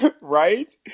Right